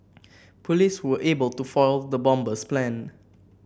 police were able to foil the bomber's plan